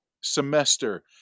semester